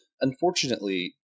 unfortunately